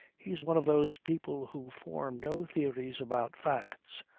he's one of those people who form no theories about facts.